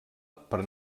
per